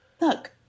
Look